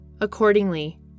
Accordingly